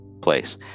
place